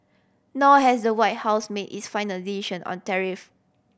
nor has the White House made its final decision on tariff